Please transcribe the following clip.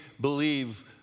believe